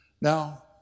Now